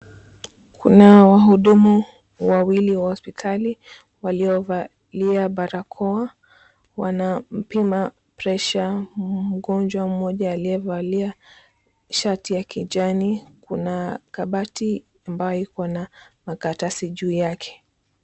Kuna wahudumu wawili wa hospitali waliovalia barakoa wanampima presha mgonjwa mmoja aliyevalia shati ya kijani, kuna kabati ambayo iko na makaratasi juu yake.